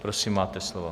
Prosím, máte slovo.